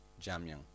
Jamyang